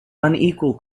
unequal